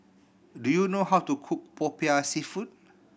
do you know how to cook Popiah Seafood